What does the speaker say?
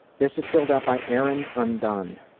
this is filled out by erin undone,